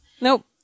Nope